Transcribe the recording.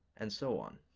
and so on.